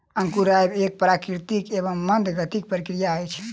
अंकुरायब एक प्राकृतिक एवं मंद गतिक प्रक्रिया अछि